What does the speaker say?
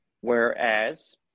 Whereas